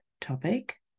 topic